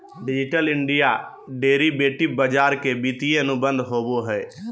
digital India derivative बाजार के वित्तीय अनुबंध होबो हइ